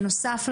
בנוסף,